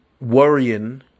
worrying